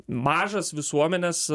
mažas visuomenės